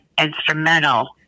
instrumental